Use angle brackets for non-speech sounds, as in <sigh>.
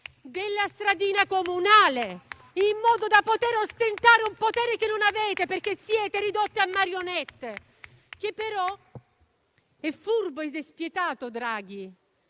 di una stradina comunale, in modo da poter ostentare un potere che non avete, perché siete ridotti a marionette. <applause> Però è furbo e spietato Draghi: